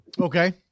Okay